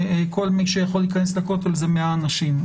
כל מי שיכול להיכנס לכותל זה 100 אנשים.